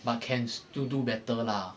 but can still do better lah